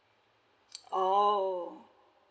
oh